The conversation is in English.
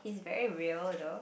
is very real though